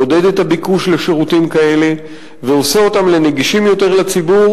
מעודד את הביקוש לשירותים כאלה ועושה אותם לנגישים יותר לציבור,